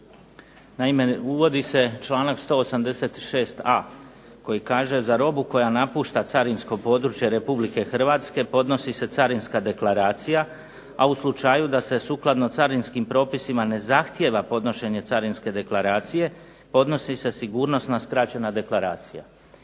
naime uvodi se članak 186.a koji kaže: za robu koja napušta carinsko područje Republike Hrvatske podnosi se carinska deklaracija, a u slučaju da se sukladno carinskim propisima ne zahtijeva podnošenje carinske deklaracije, podnosi se sigurnosna skraćena deklaracija.